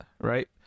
right